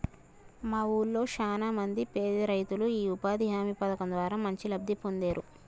మా వూళ్ళో చానా మంది పేదరైతులు యీ ఉపాధి హామీ పథకం ద్వారా మంచి లబ్ధి పొందేరు